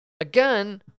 again